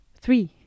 three